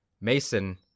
Mason